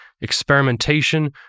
Experimentation